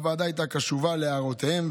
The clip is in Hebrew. הוועדה הייתה קשובה להערותיהם,